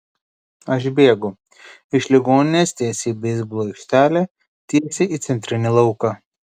aš bėgu iš ligoninės tiesiai į beisbolo aikštelę tiesiai į centrinį lauką